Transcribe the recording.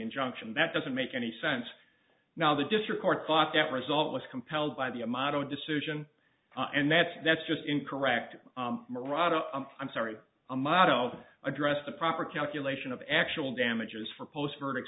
injunction that doesn't make any sense now the district court thought that result was compelled by the a motto decision and that's that's just incorrect marotta i'm sorry a motto address the proper calculation of actual damages for post verdict